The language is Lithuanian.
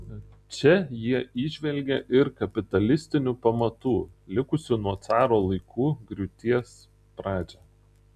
čia jie įžvelgė ir kapitalistinių pamatų likusių nuo caro laikų griūties pradžią